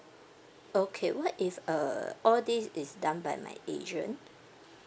okay what if err all this is done by my agent